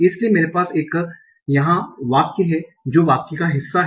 इसलिए मेरे पास यहां एक वाक्य हैं जो वाक्य का हिस्सा है